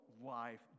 life